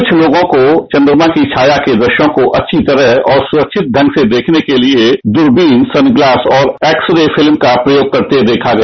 कुछ लोगों को चन्द्रमा की छाया के दृश्यों को अच्छी तरह और सुरक्षित ढंग से देखने के लिए दूरबीन सनग्लास और एक्सरे फिल्म का प्रयोग करते देखा गया